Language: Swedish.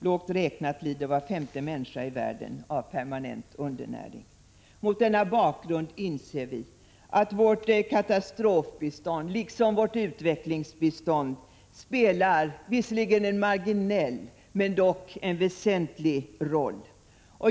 Lågt räknat lider var femte människa i världen av permanent undernäring. Mot denna bakgrund inser vi att vårt katastrofbistånd liksom vårt utvecklingsbistånd spelar en visserligen marginell men dock väsentlig roll.